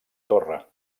torre